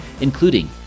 including